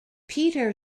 peter